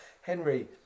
Henry